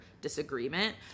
disagreement